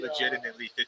legitimately